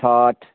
Chhath